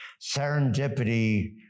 serendipity